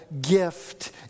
gift